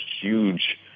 huge